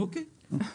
אוקיי.